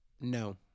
No